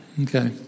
Okay